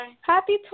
Happy